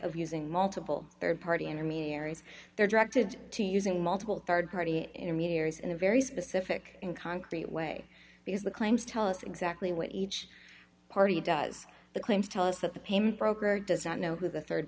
of using multiple rd party intermediaries they're directed to using multiple rd party intermediaries in a very specific and concrete way because the claims tell us exactly what each party does the claims tell us that the payment broker does not know who